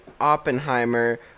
Oppenheimer